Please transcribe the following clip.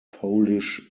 polish